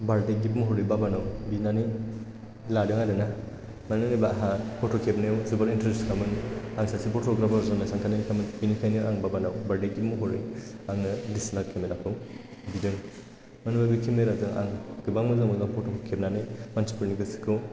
birthday gift महरै बाबानाव बिनानै लादों आरोना मानो होनोबा आंहा फट' खेबनायाव जोबोद इन्ट्रारेस्ट खामोन आं सासे फट'ग्राफार जानो सानखानायखामोन बेनिखायनो आं बाबानाव बार्थडे गिफ्ट महरै आङो D S L R camera खौ बिदों मानोना बे केमेरा जों आं गोबां मोजां मोजां फट' खेबनानै मानसिफोरनि गोसोखौ